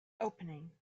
opening